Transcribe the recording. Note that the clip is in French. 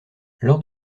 lors